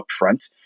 upfront